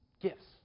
Gifts